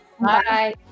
Bye